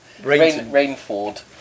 Rainford